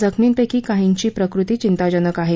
जखमींपक्री काहींची प्रकृत्ती चिंताजनक आहे